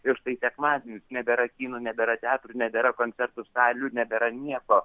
ir štai sekmadienis nebėra kinų nebėra teatrų nebėra koncertų salių nebėra nieko